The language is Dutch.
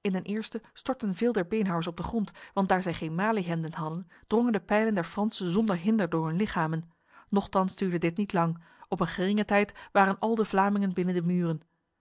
in den eerste stortten veel der beenhouwers op de grond want daar zij geen maliehemden hadden drongen de pijlen der fransen zonder hinder door hun lichamen nochtans duurde dit niet lang op een geringe tijd waren al de vlamingen binnen de muren